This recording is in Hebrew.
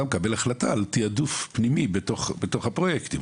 מקבל החלטה על תיעדוף פנימי בתוך הפרויקטים,